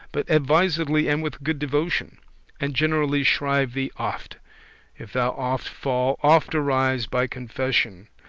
but advisedly and with good devotion and generally shrive thee oft if thou oft fall, oft arise by confession.